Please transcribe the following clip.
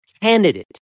candidate